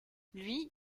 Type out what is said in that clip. lui